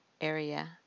area